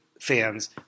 fans